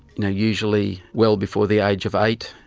you know usually well before the age of eight,